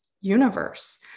universe